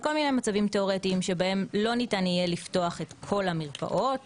כל מיני מצבים תיאורטיים בהם לא ניתן יהיה לפתוח את כל המרפאות,